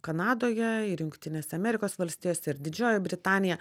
kanadoje ir jungtinėse amerikos valstijose ir didžioji britanija